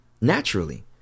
naturally